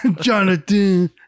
Jonathan